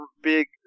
big